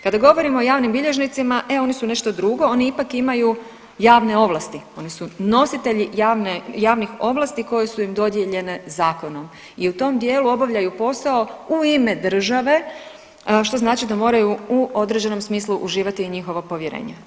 Kada govorimo o javnim bilježnicima, e oni su nešto drugo, oni ipak imaju javne ovlasti, oni su nositelji javnih ovlasti koje su im dodijeljene zakonom i u tom dijelu obavljaju posao u ime države, što znači da moraju u određenom smislu uživati i njihovo povjerenje.